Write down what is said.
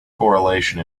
correlation